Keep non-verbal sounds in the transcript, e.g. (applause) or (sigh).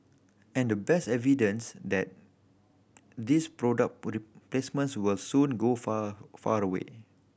and the best evidence that this product (unintelligible) placements will soon go far far away